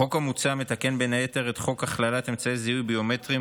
החוק המוצע מתקן בין היתר את חוק הכללת אמצעי זיהוי ביומטריים